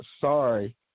sorry